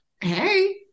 Hey